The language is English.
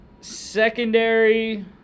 Secondary